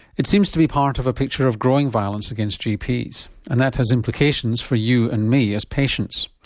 it seems to be part of a picture of growing violence against gps and that has implications for you and me as patients.